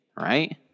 right